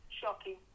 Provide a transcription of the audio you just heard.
Shocking